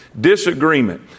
disagreement